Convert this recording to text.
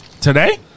Today